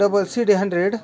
double C D hundred